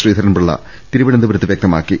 ശ്രീധ രൻപിള്ള തിരുവനന്തപുരത്ത് വ്യക്തമാക്കി